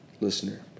listener